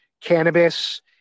cannabis